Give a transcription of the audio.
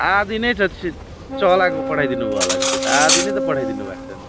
आधा नै छ छि चलाको पठाई दिनुभयो होला नि त्यो त आधा नै त पठाइदिनु भएको छ अन्त